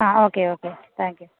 ആ okay okay thank you